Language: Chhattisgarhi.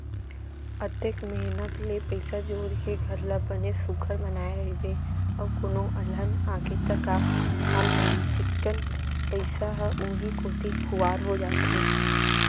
अतेक मेहनत ले पइसा जोर के घर ल बने सुग्घर बनाए रइबे अउ कोनो अलहन आगे त का हाल होही चिक्कन पइसा ह उहीं कोती खुवार हो जाथे